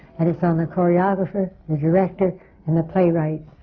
and it's on the choreographer, the director and the playwright.